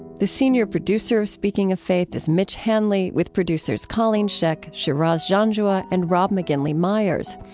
the senior producer of speaking of faith is mitch hanley, with producers colleen scheck, shiraz janjua, and rob mcginley myers.